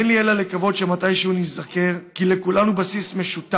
אין לי אלא לקוות שמתישהו ניזכר כי לכולנו יש בסיס משותף.